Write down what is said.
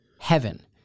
heaven